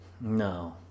No